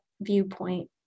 viewpoint